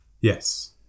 Yes